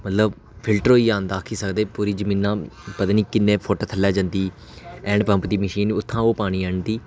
मतलव फिलटर होइयै आंदा पूरी जमीनां पतां नीं किन्ने फुट थल्लै जंद हैंड पम्प दी मशीन उत्थां दा ओह् पानी आह्नदी